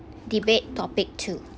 debate topic two